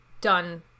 done